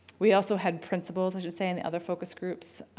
we also had principals i should say in the other focus groups,